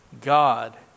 God